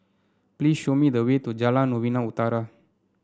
please show me the way to Jalan Novena Utara